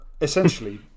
essentially